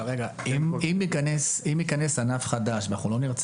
אבל אם יכנס ענף חדש ואנחנו לא נרצה